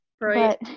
Right